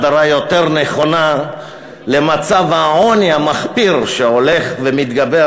הגדרה יותר נכונה למצב העוני המחפיר שהולך ומתגבר